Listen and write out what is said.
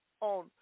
on